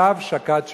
שווא שקד שומר.